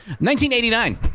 1989